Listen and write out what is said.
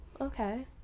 okay